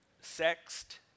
Sexed